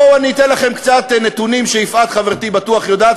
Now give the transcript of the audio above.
בואו ואני אתן לכם קצת נתונים שיפעת חברתי בטוח יודעת,